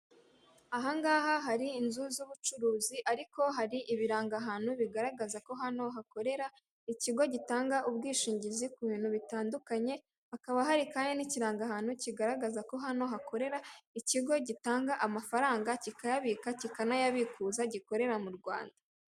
Aha ngaha hari inzu z'ubucuruzi ariko hari ibirangahantu bigaragaza ko hano hakorera ikigo gitanga ubwishingizi ku bintu bitandukanye, hakaba hari kandi n'ikirangahantu kigaragaza ko hano hakorera ikigo gitanga amafaranga kikayabika, kikanayabikuza gikorera mu Rwanda.